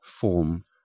form